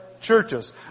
churches